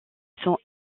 son